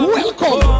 Welcome